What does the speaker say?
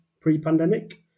pre-pandemic